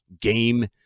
game